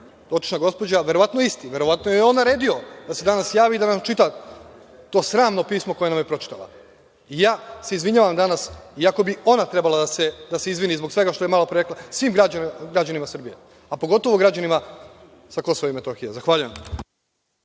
dotična gospođa, verovatno isti. Verovatno je on naredio da se danas javi i da nam čita to sramno pismo koje nam je pročitala. Izvinjavam se danas, iako bi ona treba da se izvini zbog svega što je malopre rekla, svim građanima Srbije, a pogotovo građanima Kosova i Metohije. **Maja